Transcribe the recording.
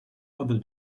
other